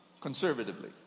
conservatively